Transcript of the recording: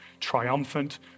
triumphant